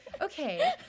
okay